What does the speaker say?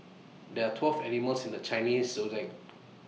there are twelve animals in the Chinese Zodiac